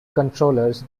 controllers